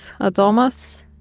Adomas